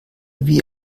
wie